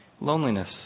Loneliness